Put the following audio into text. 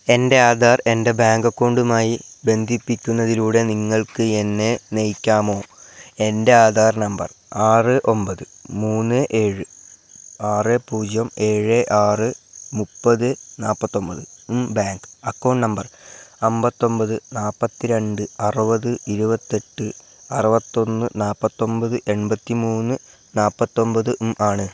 എൻ്റെ ആധാർ എൻ്റെ ബാങ്ക് അക്കൗണ്ടുമായി ബന്ധിപ്പിക്കുന്നതിലൂടെ നിങ്ങൾക്ക് എന്നെ നയിക്കാമോ എൻ്റെ ആധാർ നമ്പർ ആറ് ഒമ്പത് മൂന്ന് ഏഴ് ആറ് പൂജ്യം ഏഴ് ആറ് മുപ്പത് നാൽപ്പത്തൊമ്പത് ബാങ്ക് അക്കൗണ്ട് നമ്പർ അമ്പത്തൊമ്പത് നാൽപ്പത്തിരണ്ട് അറുപത് ഇരുപത്തെട്ട് അറുപത്തൊന്ന് നാൽപ്പത്തൊമ്പത് എൺപത്തി മൂന്ന് നാൽപ്പത്തൊമ്പത് ഉം ആണ്